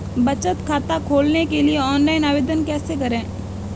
बचत खाता खोलने के लिए ऑनलाइन आवेदन कैसे करें?